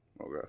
Okay